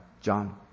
John